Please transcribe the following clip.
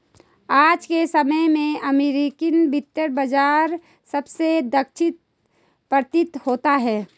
आज के समय में अमेरिकी वित्त बाजार सबसे दक्ष प्रतीत होता है